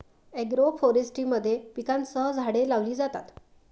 agroforestry मध्ये पिकांसह झाडे लावली जातात